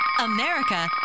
America